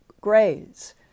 Gray's